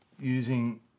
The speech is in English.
using